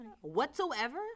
whatsoever